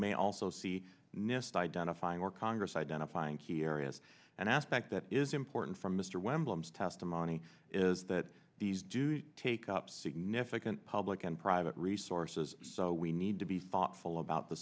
may also see nist identifying or congress identifying key areas and aspect that is important for mr wimble testimony is that these do take up significant public and private resources so we need to be thoughtful about the